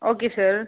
okay sir